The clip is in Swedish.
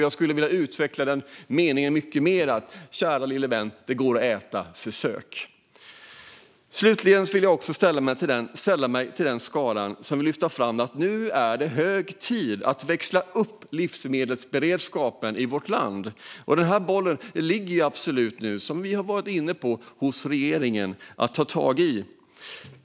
Jag skulle vilja utveckla detta mycket mer: Käre lille vän! Det går att äta. Försök! Slutligen vill jag sälla mig till den skara som vill lyfta fram att det är hög tid att växla upp livsmedelsberedskapen i vårt land. Den bollen ligger nu, som vi har varit inne på, hos regeringen.